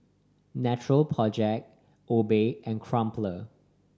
Natural Project Obey and Crumpler